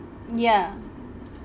ya